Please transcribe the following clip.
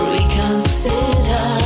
Reconsider